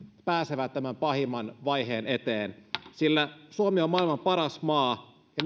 pääsevät tämän pahimman vaiheen eteen sillä suomi on maailman paras maa ja